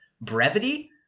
brevity –